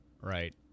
right